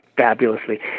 fabulously